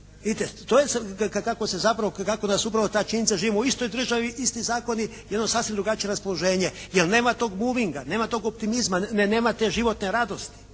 Vidite to je sad kako se zapravo, kako nas upravo ta činjenica, živimo u istoj državi, isti zakoni i jedno sasvim drugačije raspoloženje jer nema tog muvinga, nema tog optimizma, nema te životne radosti,